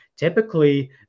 Typically